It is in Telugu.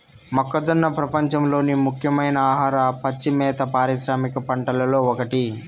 మొక్కజొన్న ప్రపంచంలోని ముఖ్యమైన ఆహార, పచ్చి మేత పారిశ్రామిక పంటలలో ఒకటి